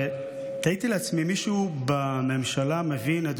תהיתי לעצמי אם מישהו בממשלה מבין את